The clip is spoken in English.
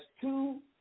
two